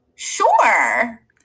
Sure